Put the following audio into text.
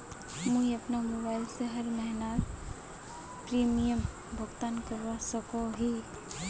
मुई अपना मोबाईल से हर महीनार प्रीमियम भुगतान करवा सकोहो ही?